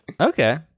okay